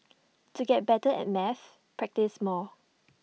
to get better at maths practise more